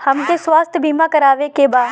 हमके स्वास्थ्य बीमा करावे के बा?